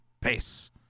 Peace